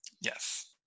Yes